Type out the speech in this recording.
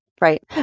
Right